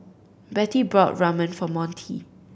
Bettie bought Ramen for Monty